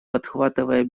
подхватывая